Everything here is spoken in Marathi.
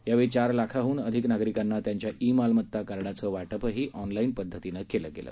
यावेळी चार लाखाहन अधिक नागरिकांना त्यांच्या ई मालमत्ता कार्डाचं वाटपही ऑनलाईन पद्धतीनं केलं गेलं